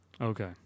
Okay